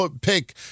pick